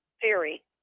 theory